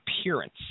appearance